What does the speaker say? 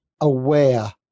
aware